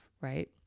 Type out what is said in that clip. right